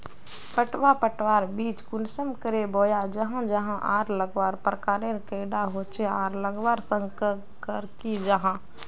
पटवा पटवार बीज कुंसम करे बोया जाहा जाहा आर लगवार प्रकारेर कैडा होचे आर लगवार संगकर की जाहा?